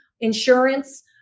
insurance